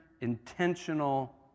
intentional